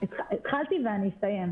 התחלתי ואני אסיים,